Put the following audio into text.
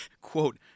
Quote